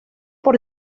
por